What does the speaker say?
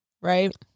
right